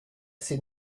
ses